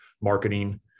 marketing